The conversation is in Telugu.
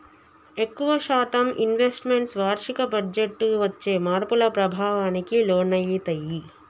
ఎక్కువ శాతం ఇన్వెస్ట్ మెంట్స్ వార్షిక బడ్జెట్టు వచ్చే మార్పుల ప్రభావానికి లోనయితయ్యి